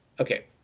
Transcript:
okay